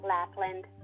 Lapland